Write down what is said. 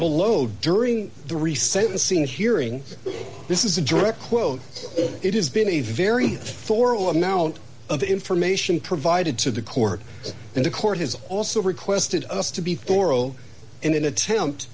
scene hearing this is a direct quote it has been a very thorough amount of information provided to the court and the court has also requested us to be thorough in an attempt